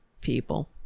people